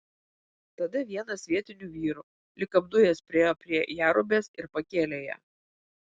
tada vienas vietinių vyrų lyg apdujęs priėjo prie jerubės ir pakėlė ją